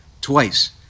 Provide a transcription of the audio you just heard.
twice